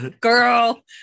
girl